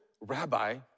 rabbi